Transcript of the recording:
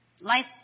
Life